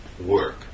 work